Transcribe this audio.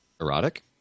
erotic